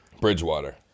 Bridgewater